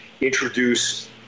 introduce